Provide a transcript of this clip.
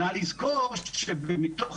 נא לזכור שמתוך